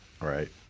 Right